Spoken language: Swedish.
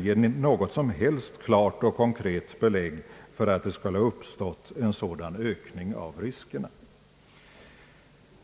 ger något som helst klart och konkret belägg för att det skulle ha uppstått en sådan ökning av riskerna.